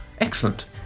excellent